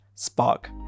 Spark